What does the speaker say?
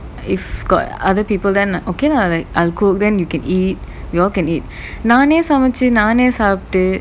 if got other people then okay lah like I'll cook then you can eat we all can eat நானே சமைச்சு நானே சாப்ட்டு:naanae samaichu naanae saapttu